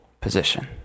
position